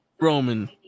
Roman